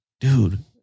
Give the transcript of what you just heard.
dude